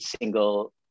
single